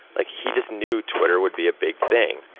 like, he just knew twitter would be a big thing.